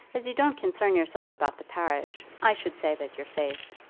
as you don't concern yourself about the parish, i should say that you're safe.